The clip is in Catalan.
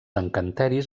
encanteris